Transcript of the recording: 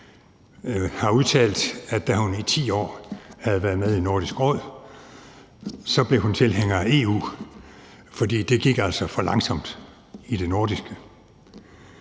har udtalt, at da hun i 10 år havde været med i Nordisk Råd, blev hun tilhænger af EU, fordi det altså gik for langsomt i det nordiske.